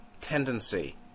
tendency